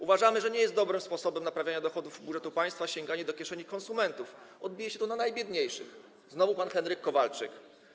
Uważamy, że nie jest dobrym sposobem naprawiania dochodów budżetu państwa sięganie do kieszeni konsumentów, odbije się to na najbiedniejszych - znowu pan Henryk Kowalczyk.